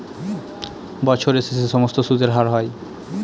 বছরের শেষে সমস্ত সুদের হার হয়